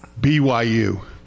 BYU